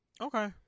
Okay